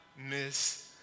miss